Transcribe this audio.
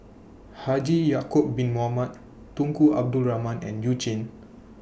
Haji Ya'Acob Bin Mohamed Tunku Abdul Rahman and YOU Jin